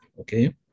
okay